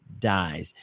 dies